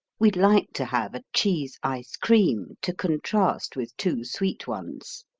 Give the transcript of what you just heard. we'd like to have a cheese ice cream to contrast with too sweet ones.